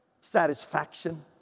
satisfaction